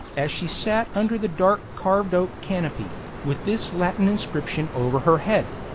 as she sat under the dark carved-oak canopy, with this latin inscription over her head